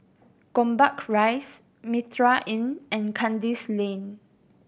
Gombak Rise Mitraa Inn and Kandis Lane